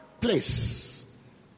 place